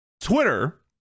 Twitter